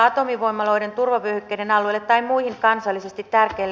välikysymystä tulee kuitenkin käyttää harkiten